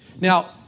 Now